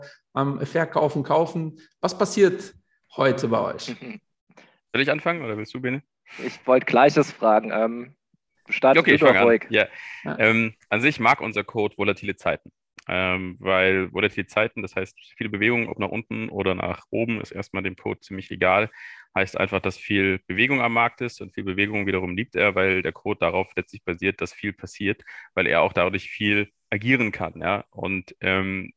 am Verkaufen, Kaufen. Was passiert heute bei euch? Soll ich anfangen oder willst du, Bene? Ich wollte gleiches fragen. Ähm, starte Okay, du ich doch fang an. ruhig. Ja. Ja. Ähm, an sich mag unser Code volatile Zeiten. Ähm, weil volatile Zeiten, das heißt, viel Bewegung, ob nach unten oder nach oben, ist erstmal dem Code ziemlich egal. Heißt einfach, dass viel Bewegung am Markt ist und viel Bewegung wiederum liebt er, weil der Code darauf letztlich basiert, dass viel passiert, weil er auch dadurch viel agieren kann, ja. Und, ähm,